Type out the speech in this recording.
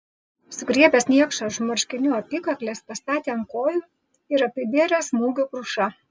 sugriebęs niekšą už marškinių apykaklės pastatė ant kojų ir apibėrė smūgių kruša